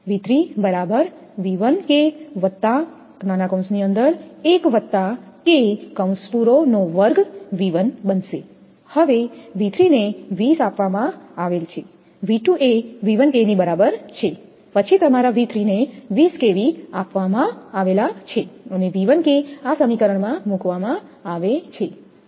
હવે V3 ને 20 આપવામાં આવેલ છે V2 એ V1 K ની બરાબર છે પછી તમારા V3 ને 20 kV આપવામાં આવેલ છે અને આ સમીકરણમાં મૂકવામાં માં આવે છે